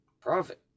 Profit